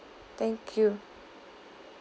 thank you